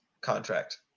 contract